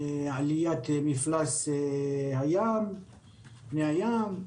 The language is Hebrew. עליית מפלס פני הים,